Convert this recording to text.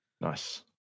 Nice